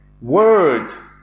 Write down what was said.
word